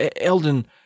Elden